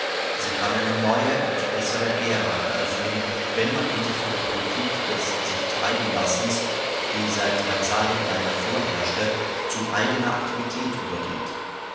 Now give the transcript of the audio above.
sie kann eine neue und bessere ära eröffnen wenn man endlich von der politik des sichtreibenlassens die seit versailles leider vorherrschte zu eigener aktivität übergeht